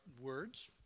words